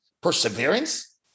perseverance